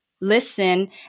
listen